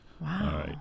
Wow